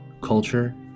culture